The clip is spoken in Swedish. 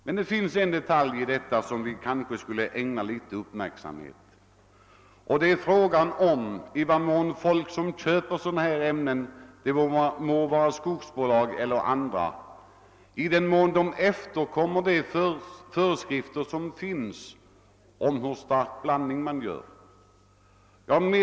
Men det finns en detalj i detta som vi kanske skulle ägna litet uppmärksamhet, och det är frågan i vad mån de som köper sådana här ämnen — det må vara skogsbolag eller andra — följer de föreskrifter som finns om hur stark blandningen skall göras.